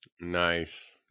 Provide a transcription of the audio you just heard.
nice